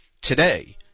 today